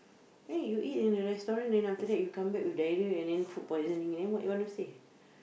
then you eat in a restaurant then after that you come back with diarrhoea and then food poisoning and then what you want to say